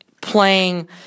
playing